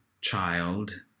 child